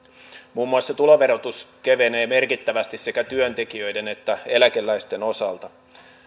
muun muassa tuloverotus kevenee merkittävästi sekä työntekijöiden että eläkeläisten osalta